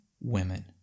women